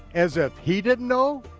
as if he didn't know.